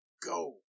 go